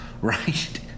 right